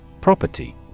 Property